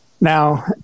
Now